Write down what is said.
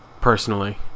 Personally